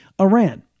Iran